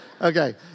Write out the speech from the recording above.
Okay